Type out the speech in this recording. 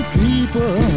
people